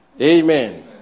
Amen